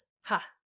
Ha